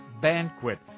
Banquet